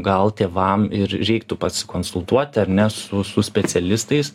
gal tėvam ir reiktų pasikonsultuoti ar ne su su specialistais